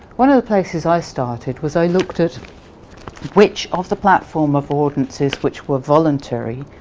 one of the places i started was i looked at which of the platform affordances which were voluntary,